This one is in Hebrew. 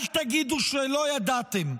אל תגידו שלא ידעתם.